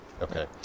okay